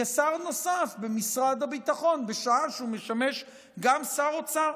כשר נוסף במשרד הביטחון בשעה שהוא משמש גם שר אוצר.